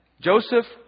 Joseph